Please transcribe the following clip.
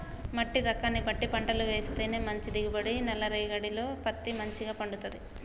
మట్టి రకాన్ని బట్టి పంటలు వేస్తేనే మంచి దిగుబడి, నల్ల రేగఢీలో పత్తి మంచిగ పండుతది